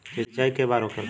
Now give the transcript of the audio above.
सिंचाई के बार होखेला?